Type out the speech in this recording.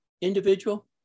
individual